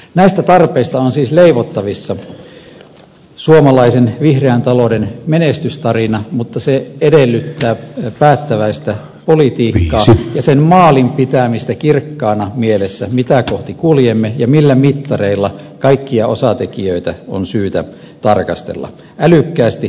näistä tarpeista on siis leivottavissa suomalaisen vihreän talouden menestystarina mutta se edellyttää päättäväistä politiikkaa ja sen maalin pitämistä kirkkaana mielessä mitä kohti kuljemme ja millä mittareilla kaikkia osatekijöitä on syytä tarkastella älykkäästi luonnonvoimin